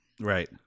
Right